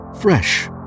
fresh